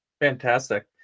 Fantastic